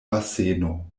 baseno